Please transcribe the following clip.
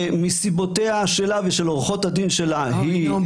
ומסיבותיה שלה ושל עורכות הדין שלה --- אוי נו,